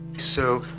so,